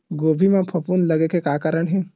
गोभी म फफूंद लगे के का कारण हे?